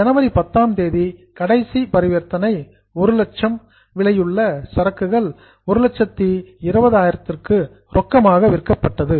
ஜனவரி 10ஆம் தேதி கடைசி டிரன்சாக்சன் பரிவர்த்தனை 100000 காஸ்டிங் விலையுள்ள சரக்குகள் 120க்கு ரொக்கமாக விற்கப்பட்டது